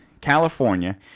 California